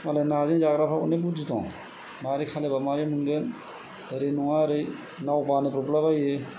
मालाय नाजों जाग्राफ्रा अनेख बुददि दं मारै खालायबा मारै मोनगोन ओरै नङा ओरै नाव बानाय ब्र'बला बायो